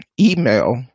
email